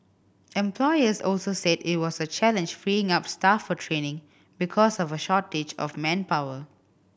employers also said it was a challenge freeing up staff for training because of a shortage of manpower